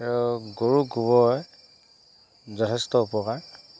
তেও গৰু গোবৰে যথেষ্ট উপকাৰ